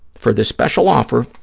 for this special offer,